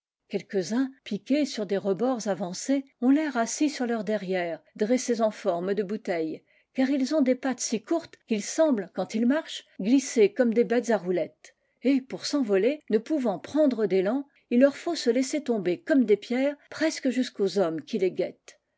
encore quelques-uns piqués sur des rebords avancés ont l'air assis sur leurs derrières dressés en forme de bouteille car ils ont des pattes si courtes qu'ils semblent quand ils marchent glisser comme des bêtes à roulettes et pour s'envoler ne pouvant prendre d'élan il leur faut se laisser tomber comme des pierres presque jusqu'aux hommes qui les guettent